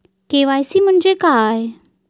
KYC म्हणजे काय?